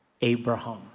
Abraham